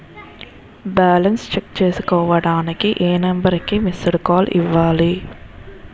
Balance check చేసుకోవటానికి ఏ number కి మిస్డ్ కాల్ ఇవ్వాలి?